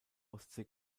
ostsee